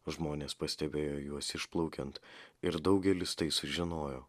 žmonės pastebėjo juos išplaukiant ir daugelis tai sužinojo